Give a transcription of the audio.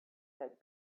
had